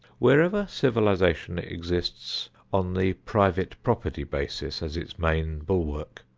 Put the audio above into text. wherever civilization exists on the private property basis as its main bulwark,